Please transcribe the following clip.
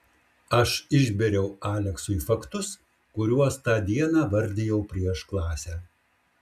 aš išbėriau aleksui faktus kuriuos tą dieną vardijau prieš klasę